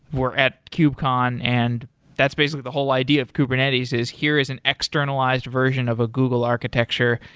or at kubecon and that's basically the whole idea of kubernetes is here is an externalized version of a google architecture.